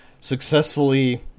successfully